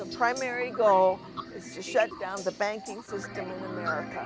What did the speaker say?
the primary goal is to shut down the banking system in america